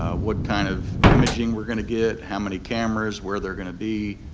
ah what kind of imaging we're gonna get, how many cameras, where they're gonna be,